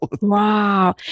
Wow